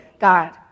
God